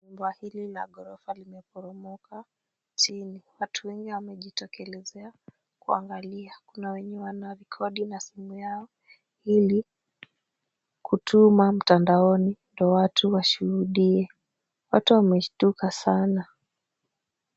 Nyumba hili la ghorofa limeporomoka chini. Watu wengi wamejitokelezea kuangalia. Kuna wenye wanarekodi na simu yao ili kutuma mtandaoni ndio watu washuhudie. Watu wameshtuka sana.